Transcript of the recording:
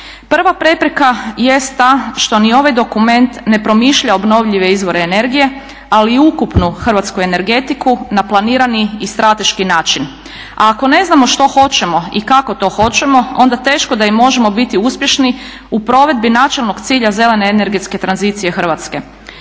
Prva prepreka jest ta što ni ovaj dokument ne promišlja obnovljive izvore energije, ali i ukupnu hrvatsku energetiku na planirani i strateški način. A ako ne znamo što hoćemo i kako to hoćemo onda teško da i možemo biti uspješni u provedbi načelnog cilja zelene energetske tranzicije Hrvatske.